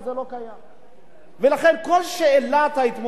לכן, כל שאלת ההתמודדות עם הגזענות,